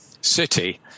City